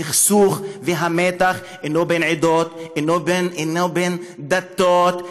הסכסוך והמתח אינו בין עדות, אינו בין דתות.